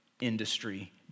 industry